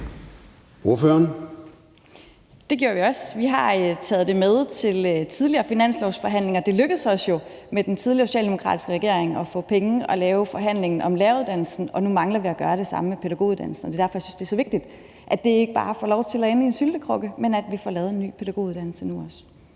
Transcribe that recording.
Rod (RV): Det gjorde vi også. Altså, vi har taget det med til tidligere finanslovsforhandlinger. Det lykkedes os jo med den tidligere, socialdemokratiske regering at få penge og lave forhandlingen om læreruddannelsen, og nu mangler vi at gøre det samme med pædagoguddannelsen. Og det er derfor, jeg synes, det er så vigtigt, at det ikke bare får lov til at ende i en syltekrukke, men at vi nu også får lavet en ny pædagoguddannelse. Kl.